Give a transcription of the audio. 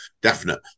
definite